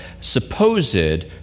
supposed